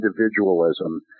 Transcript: individualism